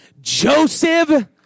Joseph